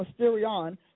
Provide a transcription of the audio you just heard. mysterion